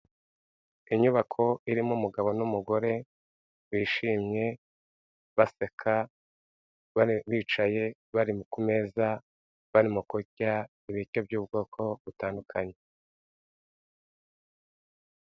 Inyubako irimo umugabo n'umugore bishimye baseka, bicaye bari kumeza barimo kurya ibiryo by'ubwoko butandukanye.